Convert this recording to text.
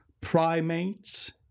primates